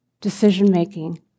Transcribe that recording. decision-making